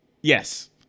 yes